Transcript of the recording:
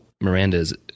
Miranda's